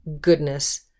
goodness